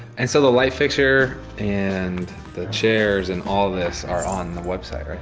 and so the light fixture and the chairs and all this are on the website, right?